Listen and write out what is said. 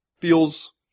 feels